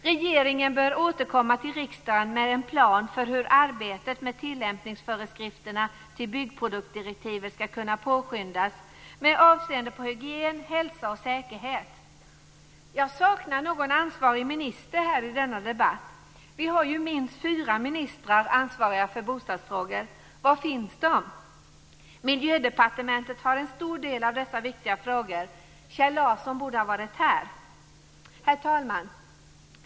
Regeringen bör återkomma till riksdagen med en plan för hur arbetet med tillämpningsföreskrifterna till byggproduktdirektivet skall kunna påskyndas med avseende på hygien, hälsa och säkerhet. Jag saknar någon ansvarig minister i denna debatt. Vi har ju minst fyra ministrar ansvariga för bostadsfrågor. Var finns de? Miljödepartementet har en stor del av dessa viktiga frågor. Kjell Larsson borde ha varit här. Herr talman!